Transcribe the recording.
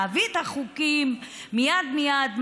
להביא את החוקים מייד מייד,